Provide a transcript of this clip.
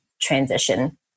transition